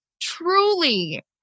truly